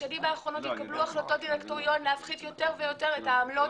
בשנים האחרונות התקבלו החלטות דירקטוריון להפחית יותר ויותר את העמלות